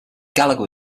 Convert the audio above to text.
gallagher